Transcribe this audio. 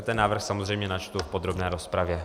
Ten návrh samozřejmě načtu v podrobné rozpravě.